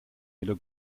wieder